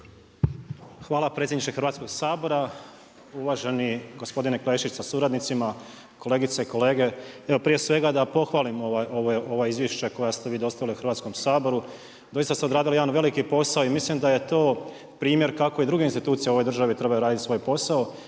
Hvala predsjedniče Hrvatskog sabora, uvaženi gospodine Klešić sa suradnicima, kolegice i kolege. Evo prije svega da pohvalim ova izvješća koja ste vi dostavili Hrvatskom saboru. Doista ste odradili jedan veliki posao i mislim da je to primjer kako i druge institucije u ovoj državi trebaju raditi svoj posao.